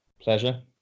pleasure